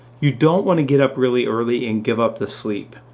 you don't want to get up really early and give up the sleep.